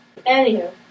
Anywho